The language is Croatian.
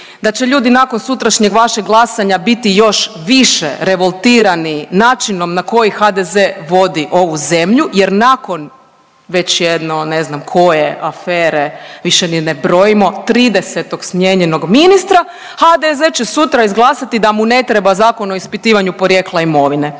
da će ljudi nakon sutrašnjeg vašeg glasanja biti još više revoltirani načinom na koji HDZ vodi ovu zemlju jer nakon već jedno ne znam koje afere, više ni ne brojimo, 30. smijenjenog ministra, HDZ će sutra izglasati da mu ne treba Zakon o ispitivanju porijekla imovine.